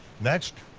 next,